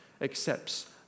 accepts